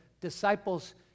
disciples